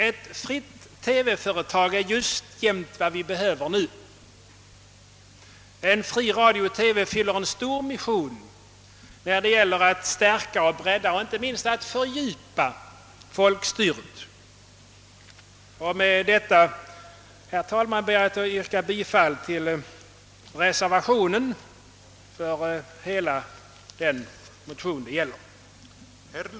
Ett fritt TV-företag är just vad vi behöver nu, En fri radio och TV fyller en stor mission när det gäller att stärka och bredda samt inte minst fördjupa folkstyret. Med detta, herr talman, ber jag att få yrka bifall till reservationen.